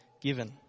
given